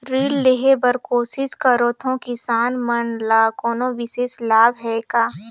ऋण लेहे बर कोशिश करथवं, किसान मन ल कोनो विशेष लाभ हे का?